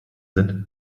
sind